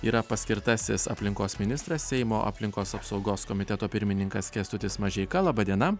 yra paskirtasis aplinkos ministras seimo aplinkos apsaugos komiteto pirmininkas kęstutis mažeika laba diena